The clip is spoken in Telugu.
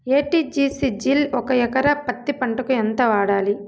ఎ.టి.జి.సి జిల్ ఒక ఎకరా పత్తి పంటకు ఎంత వాడాలి?